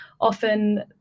often